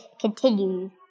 continue